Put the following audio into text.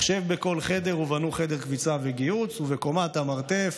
מחשב בכל חדר, בנו חדר כביסה וגיהוץ, ובקומת המרתף